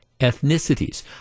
ethnicities